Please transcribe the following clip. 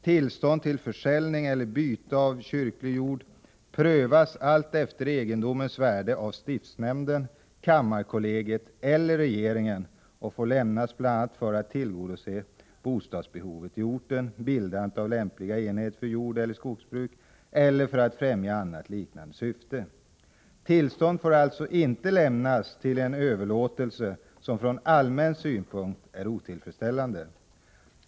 Tillstånd till försäljning eller byte av kyrklig jord prövas allt efter egendomens värde av stiftsnämnden, kammarkollegiet eller regeringen och får lämnas bl.a. för att tillgodose bostadsbehovet i orten, bildandet av lämpliga enheter för jordeller skogsbruk eller för att främja annat liknande syfte. Tillstånd får alltså inte lämnas till en överlåtelse som från allmän synpunkt är otillfredsställande.